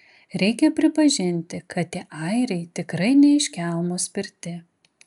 reikia pripažinti kad tie airiai tikrai ne iš kelmo spirti